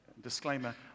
disclaimer